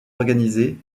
organisées